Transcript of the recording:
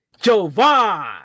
Jovan